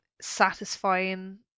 satisfying